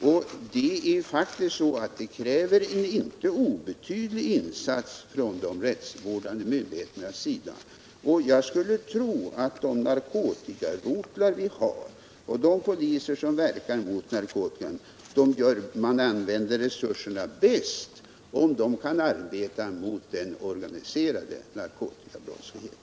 Det kräver faktiskt en inte obetydlig insats från de rättsvårdande myndigheternas sida. Jag skulle tro att resurserna används bäst pm de narkotikarotlar vi har och de poliser som verkar mot narkotikan kan arbeta mot den organiserade narkotikabrottsligheten.